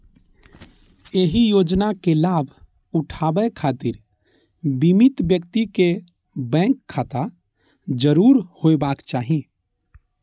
एहि योजनाक लाभ उठाबै खातिर बीमित व्यक्ति कें बैंक खाता जरूर होयबाक चाही